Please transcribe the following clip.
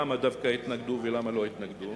למה דווקא התנגדו ולמה לא התנגדו.